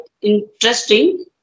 interesting